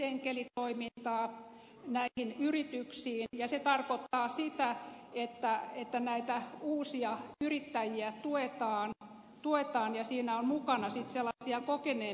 olemme esittäneet bisnesenkelitoimintaa näihin yrityksiin ja se tarkoittaa sitä että näitä uusia yrittäjiä tuetaan ja siinä on mukana sitten sellaisia kokeneempia henkilöitä